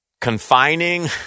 confining